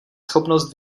schopnost